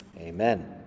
Amen